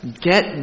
get